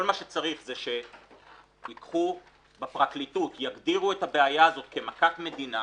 כל מה שצריך הוא שבפרקליטות יגדירו את הבעיה הזאת כמכת מדינה.